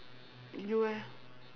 you eh